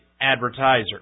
Advertiser